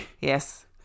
yes